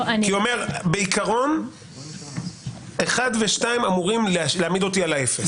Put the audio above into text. הוא אומר שבעיקרון (1) ו-(2) אמורים להעמיד אותי על האפס.